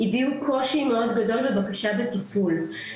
הביעו קושי מאוד גדול בבקשה לטיפול.